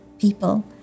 people